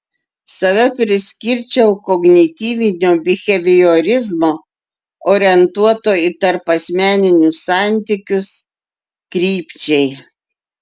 save priskirčiau kognityvinio biheviorizmo orientuoto į tarpasmeninius santykius krypčiai